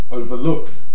overlooked